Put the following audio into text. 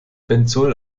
benzol